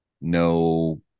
no